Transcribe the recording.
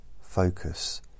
focus